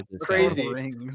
crazy